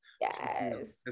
yes